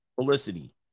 Felicity